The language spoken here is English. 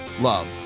love